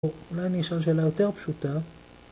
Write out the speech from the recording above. אולי אני אשאל שאלה יותר פשוטה